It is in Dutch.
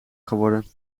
geworden